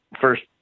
first